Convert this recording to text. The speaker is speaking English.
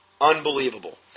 unbelievable